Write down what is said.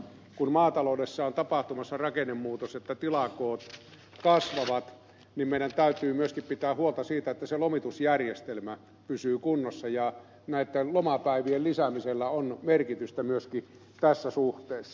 kun maataloudessa on tapahtumassa rakennemuutos että tilakoot kasvavat niin meidän täytyy myöskin pitää huolta siitä että se lomitusjärjestelmä pysyy kunnossa ja näitten lomapäivien lisäämisellä on merkitystä myöskin tässä suhteessa